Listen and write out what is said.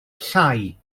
llai